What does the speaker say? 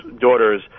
daughters